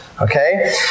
Okay